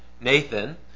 Nathan